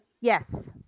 yes